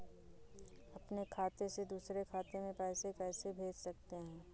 अपने खाते से दूसरे खाते में पैसे कैसे भेज सकते हैं?